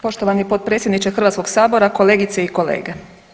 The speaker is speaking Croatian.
Poštovani potpredsjedniče Hrvatskoga sabora, kolegice i kolege.